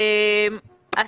תודה רבה.